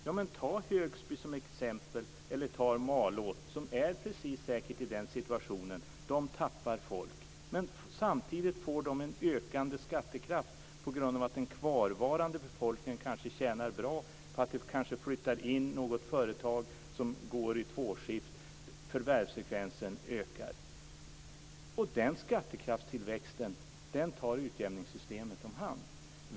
Man kan ta Högsby eller Malå, som säkert är i precis den situationen, som exempel. De tappar folk, men samtidigt får de en ökande skattekraft, kanske på grund av att den kvarvarande befolkningen tjänar bra. Det kanske flyttar in något företag som har tvåskift, och förvärvsfrekvensen ökar. Den skattekraftstillväxten tar utjämningssystemet hand om.